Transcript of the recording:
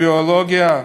הביולוגיה,